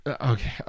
Okay